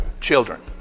children